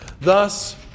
Thus